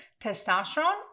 testosterone